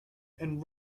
and